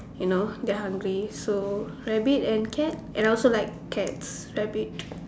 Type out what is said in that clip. you know they are hungry so rabbit and cat and I also like cats rabbit